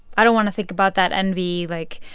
i don't want to think about that envy. like,